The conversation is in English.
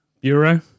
bureau